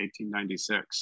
1896